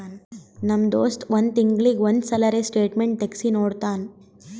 ನಮ್ ದೋಸ್ತ್ ಒಂದ್ ತಿಂಗಳೀಗಿ ಒಂದ್ ಸಲರೇ ಸ್ಟೇಟ್ಮೆಂಟ್ ತೆಗ್ಸಿ ನೋಡ್ತಾನ್